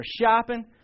shopping